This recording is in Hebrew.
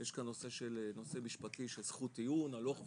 יש כאן נושא משפטי של זכות עיון הלוך ושוב,